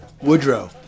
Woodrow